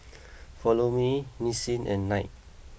Follow Me Nissin and Knight